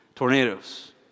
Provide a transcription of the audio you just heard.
tornadoes